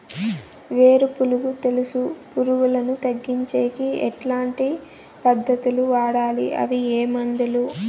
వేరు పులుగు తెలుసు పులుగులను తగ్గించేకి ఎట్లాంటి పద్ధతులు వాడాలి? అవి ఏ మందులు?